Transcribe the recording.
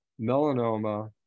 melanoma